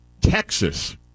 Texas